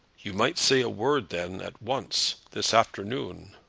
you might say a word then at once this afternoon.